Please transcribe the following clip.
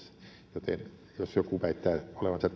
joten jos joku muu väittää olevansa